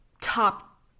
top